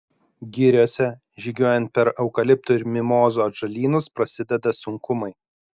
giriose žygiuojant per eukaliptų ir mimozų atžalynus prasideda sunkumai